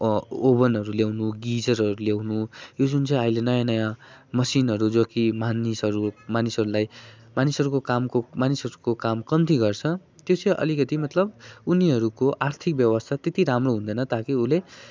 ओभनहरू लेउनु गिजरहरू लेउनु यो जुन चाहिँ अहिले नयाँनयाँ मसिनहरू जो कि मानिसहरू मानिसहरूलाई मानिसहरूको कामको मानिसहरूको काम कम्ती गर्छ त्यो चाहिँ अलिकति मतलब उनीहरूको आर्थिक व्यवस्था त्यति राम्रो हुँदैन ताकि उसले